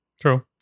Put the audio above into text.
True